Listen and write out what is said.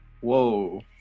Whoa